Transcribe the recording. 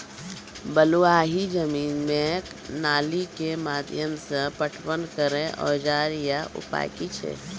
बलूआही जमीन मे नाली के माध्यम से पटवन करै औजार या उपाय की छै?